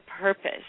purpose